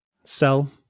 Sell